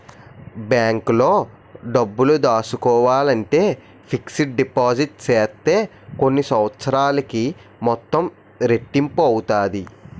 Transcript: బ్యాంకులో డబ్బులు దాసుకోవాలంటే ఫిక్స్డ్ డిపాజిట్ సేత్తే కొన్ని సంవత్సరాలకి మొత్తం రెట్టింపు అవుతాది